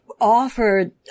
offered